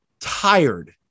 tired